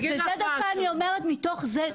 את זה דווקא אני אומרת מתוך זה,